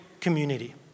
community